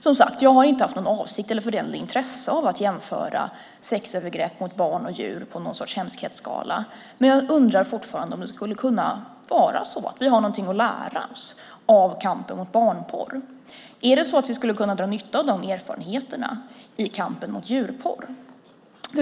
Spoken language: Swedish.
Som sagt har jag inte haft någon avsikt eller för den delen något intresse av att jämföra sexövergrepp mot barn och sexövergrepp mot djur på någon sorts hemskhetsskala. Men jag undrar fortfarande om vi skulle kunna ha någonting att lära oss av kampen mot barnporr. Skulle vi kunna dra nytta av de erfarenheterna i kampen mot djurporr?